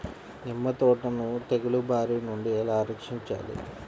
నిమ్మ తోటను తెగులు బారి నుండి ఎలా రక్షించాలి?